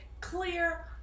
clear